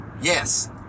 Yes